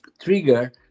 trigger